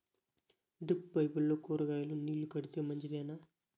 Drip పైపుల్లో కూరగాయలు నీళ్లు కడితే మంచిదేనా?